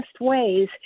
ways